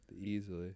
Easily